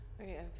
Okay